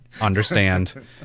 Understand